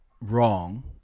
wrong